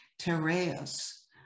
Tereus